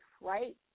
Right